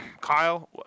Kyle